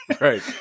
right